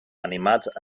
animats